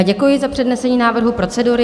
Děkuji za přednesení návrhu procedury.